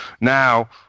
Now